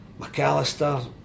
McAllister